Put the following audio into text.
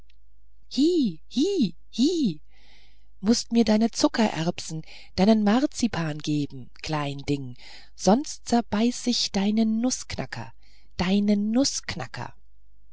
mußt mir deine zuckererbsen deinen marzipan geben klein ding sonst zerbeiß ich deinen nußknacker deinen nußknacker